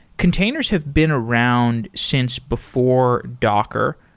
containers have been around since before docker.